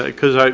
ah because i